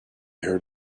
heard